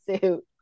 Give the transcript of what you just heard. suit